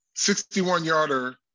61-yarder